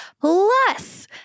Plus